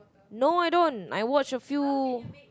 no I don't I watch a few